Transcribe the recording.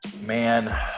Man